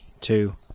two